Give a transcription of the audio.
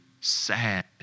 sad